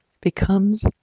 becomes